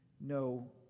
no